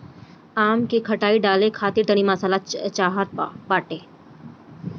आम के खटाई डाले खातिर तनी मसाला चाहत बाटे